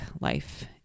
life